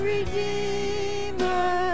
Redeemer